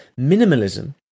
minimalism